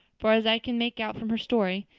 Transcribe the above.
far as i can make out from her story,